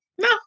no